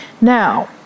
now